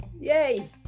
Yay